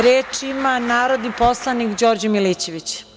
Reč ima narodni poslanik Đorđe Milićević.